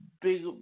big